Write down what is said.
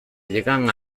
llegan